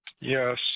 Yes